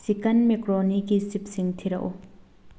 chicken ꯃꯦꯛꯀ꯭ꯔꯣꯅꯤꯒꯤ ꯆꯤꯞꯁꯤꯡ ꯊꯤꯔꯛꯎ